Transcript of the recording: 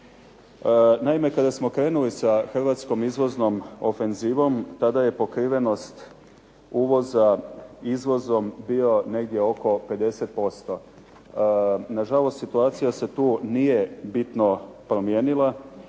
Naime, kada smo krenuli sa Hrvatskom izvoznom defenzivom tada je pokrivenost uvoza izvozom bio negdje oko 50%. Na žalost situacija se tu nije bitno promijenila